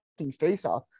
faceoff